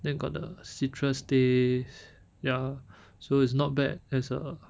then got the citrus taste ya so it's not bad as a